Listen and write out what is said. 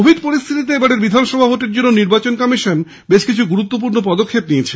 Covid পরিস্থিতিতে এবারের বিধানসভা ভোটের জন্য নির্বাচন কমিশন বেশকিছু গুরুত্বপূর্ণ পদক্ষেপ নিয়েছে